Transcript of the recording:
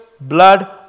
blood